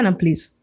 please